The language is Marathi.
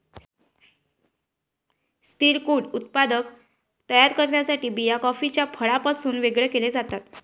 स्थिर क्रूड उत्पादन तयार करण्यासाठी बिया कॉफीच्या फळापासून वेगळे केल्या जातात